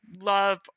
love